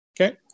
Okay